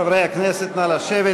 חברי הכנסת, נא לשבת.